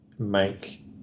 make